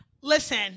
Listen